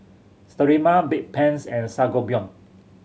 Sterimar Bedpans and Sangobion